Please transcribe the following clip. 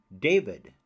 David